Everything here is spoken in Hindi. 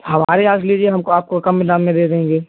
हमारे यहाँ से लीजिए हमको आपको कम ही दाम में देंगे